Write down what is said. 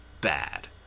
bad